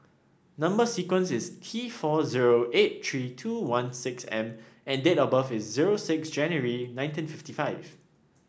number sequence is T four zero eight three two one six M and date of birth is zero six January nineteen fifty five